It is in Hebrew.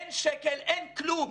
אין שקל, אין כלום.